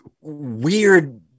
weird